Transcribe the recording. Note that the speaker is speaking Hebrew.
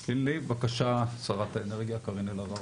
בבקשה שרת האנרגיה קארין אלהרר,